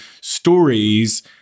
stories